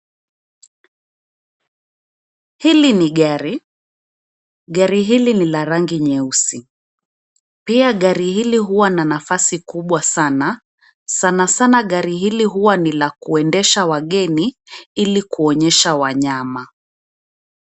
Hili ni gari, gari hili ni la rangi nyeusi, pia gari hili huwa na nafasi kubwa sana, sana sana gari hili huwa ni la kuendesha wageni, ili kuonyesha wanyama.